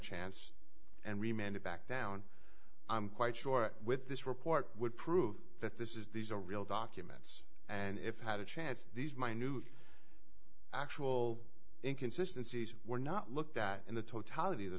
chance and remained back down i'm quite sure with this report would prove that this is these are real documents and if had a chance these minute actual inconsistency were not looked that in the t